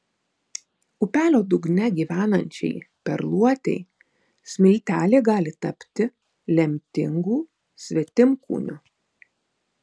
upelio dugne gyvenančiai perluotei smiltelė gali tapti lemtingu svetimkūniu